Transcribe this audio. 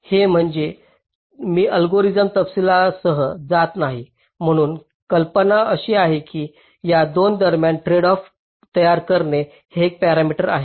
हे म्हणून मी अल्गोरिदमच्या तपशीलांसह जात नाही परंतु कल्पना अशी आहे की या 2 दरम्यान ट्रेडऑफ तयार करणारे एक पॅरामीटर आहे